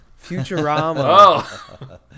Futurama